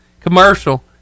Commercial